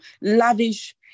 Lavish